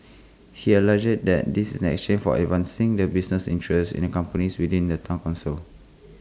he allegedly that this in exchange for advancing the business interests in the companies within the Town Council